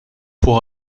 pour